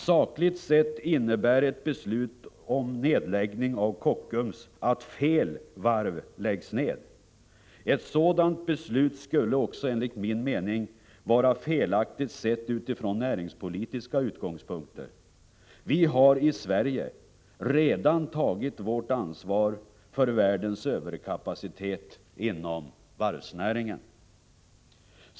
Sakligt sett innebär ett beslut om nedläggning av Kockums att fel varv läggs ned. Ett sådant beslut skulle också enligt min mening vara felaktigt från näringspolitiska utgångs punkter. Vi har i Sverige redan tagit vårt ansvar för världens överkapacitet inom varvsnäringen.